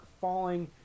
falling